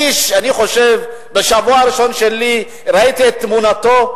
אני חושב שבשבוע הראשון שלי ראיתי את תמונתו,